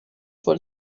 for